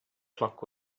clock